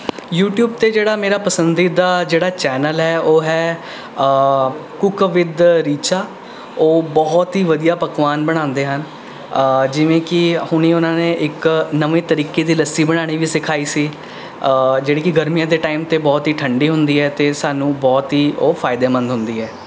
YouTube 'ਤੇ ਜਿਹੜਾ ਮੇਰਾ ਪਸੰਦੀਦਾ ਜਿਹੜਾ ਚੈਨਲ ਹੈ ਉਹ ਹੈ ਕੁਕ ਵਿਦ ਰੀਚਾ ਉਹ ਬਹੁਤ ਹੀ ਵਧੀਆ ਪਕਵਾਨ ਬਣਾਉਂਦੇ ਹਨ ਜਿਵੇਂ ਕਿ ਹੁਣੇ ਉਹਨਾਂ ਨੇ ਇੱਕ ਨਵੇਂ ਤਰੀਕੇ ਦੀ ਲੱਸੀ ਬਣਾਉਣੀ ਵੀ ਸਿਖਾਈ ਸੀ ਜਿਹੜੀ ਕਿ ਗਰਮੀਆਂ ਦੇ ਟਾਈਮ ਤੇ ਬਹੁਤ ਹੀ ਠੰਡੀ ਹੁੰਦੀ ਹੈ ਅਤੇ ਸਾਨੂੰ ਬਹੁਤ ਹੀ ਉਹ ਫਾਇਦੇਮੰਦ ਹੁੰਦੀ ਹੈ